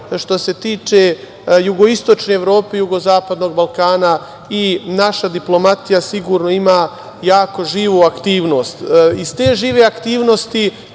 što se tiče jugoistočne Evrope i jugozapadnog Balkana i naša diplomatija sigurno ima jako živu aktivnosti. Iz te žive aktivnosti,